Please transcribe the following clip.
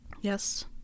yes